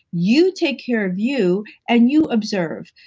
you take care of you and you observe.